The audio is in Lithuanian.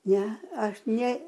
ne aš ne